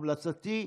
המלצתי,